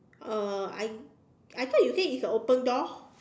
uh I I thought you say it's a open door